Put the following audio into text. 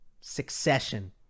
Succession